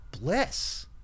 bliss